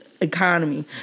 economy